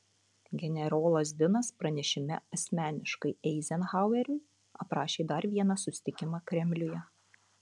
generolas dinas pranešime asmeniškai eizenhaueriui aprašė dar vieną susitikimą kremliuje